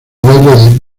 baile